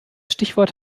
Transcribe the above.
stichwort